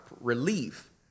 relief